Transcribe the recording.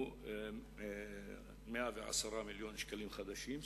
הוא 110 מיליון שקלים חדשים.